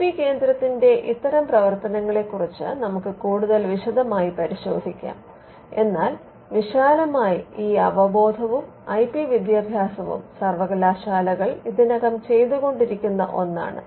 I P കേന്ദ്രത്തിന്റെ ഇത്തരം പ്രവർത്തനങ്ങളെക്കുറിച്ച് നമുക്ക് കൂടുതൽ വിശദമായി പരിശോധിക്കാം എന്നാൽ വിശാലമായി ഈ അവബോധവും ഐ പി വിദ്യാഭ്യാസവും സർവ്വകലാശാലകൾ ഇതിനകം ചെയ്തുകൊണ്ടിരിക്കുന്ന ഒന്നാണ്